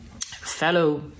fellow